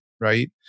right